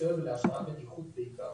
ולהכשרת בטיחות בעיקר.